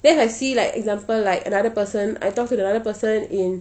then I see like example like another person I talk to the other person in